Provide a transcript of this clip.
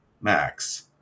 Max